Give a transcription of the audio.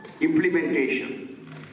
Implementation